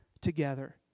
together